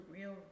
real